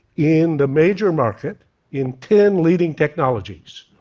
in the major market in ten leading technologies,